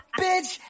bitch